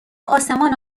آسمان